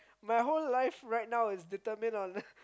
my whole life right now is determined on